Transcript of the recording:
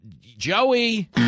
Joey